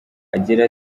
agira